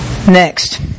Next